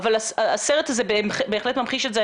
הסרט הזה בהחלט ממחיש את זה.